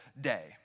day